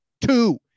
Two